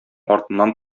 артыннан